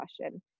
question